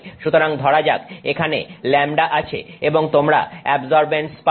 সুতরাং ধরা যাক এখানে λ আছে এবং তোমরা অ্যাবজর্বেন্স পাবে